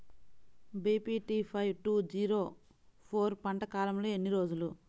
BPT five two zero four పంట కాలంలో ఎన్ని రోజులు?